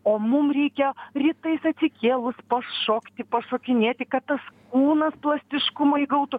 o mum reikia rytais atsikėlus pašokti pašokinėti kad tas kūnas plastiškumą įgautų